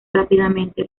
rápidamente